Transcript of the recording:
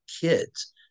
kids